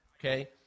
Okay